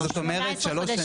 זאת אומרת שלוש שנים.